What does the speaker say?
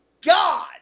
god